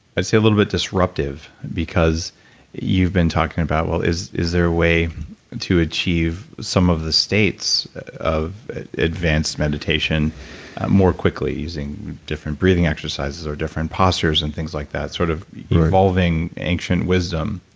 i'd say a little bit disruptive because you've been talking about, is is there a way to achieve some of the states of advanced meditation more quickly using different breathing exercises or different postures, and things like that, sort of evolving ancient wisdom,